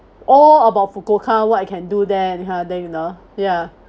all about fukuoka what I can do there that kind of thing you know ya